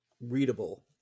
readable